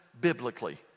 biblically